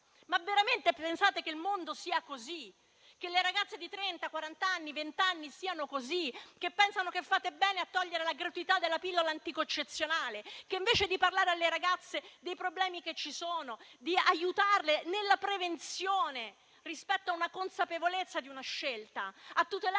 Veramente pensate che il mondo sia così? Pensate che le ragazze di vent'anni, trent'anni o quarant'anni siano così? Credete che pensano che fate bene a togliere la gratuità della pillola anticoncezionale? Invece di parlare alle ragazze dei problemi che ci sono, di aiutarle nella prevenzione rispetto alla consapevolezza di una scelta e a tutelare